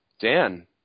Dan